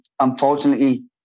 unfortunately